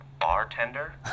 bartender